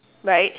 right